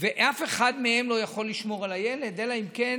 ואף אחד מהם לא יכול לשמור על הילד אלא אם כן